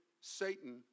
Satan